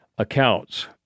accounts